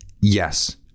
Yes